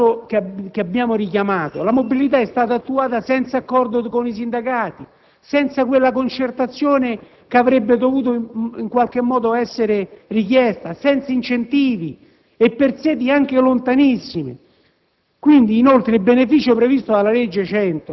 È facile osservare che nel caso che abbiamo richiamato la mobilità è stata attuata senza accordo con i sindacati, senza quella concertazione che avrebbe dovuto essere richiesta, senza incentivi e per sedi anche lontanissime.